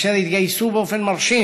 אשר התגייסו באופן מרשים,